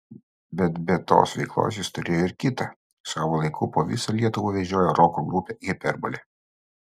bet be tos veiklos jis turėjo ir kitą savo laiku po visą lietuvą vežiojo roko grupę hiperbolė